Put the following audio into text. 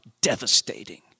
devastating